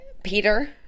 Peter